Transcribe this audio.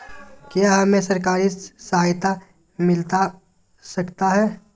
क्या हमे सरकारी सहायता मिलता सकता है?